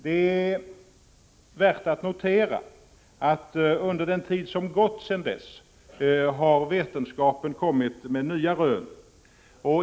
Det är värt att notera att under den tid som gått sedan dess har vetenskapen kommit med nya rön.